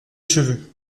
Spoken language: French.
cheveux